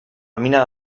mina